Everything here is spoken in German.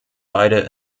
beide